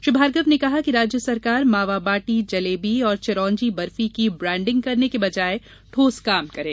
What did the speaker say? श्री भार्गव ने कहा कि राज्य सरकार मावाबाटी जलेबी और चिरौंजी बर्फी की ब्राण्डिंग करने के बजाय ठोस काम करे